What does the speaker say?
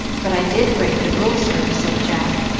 but i did break the rule, sir, said jack,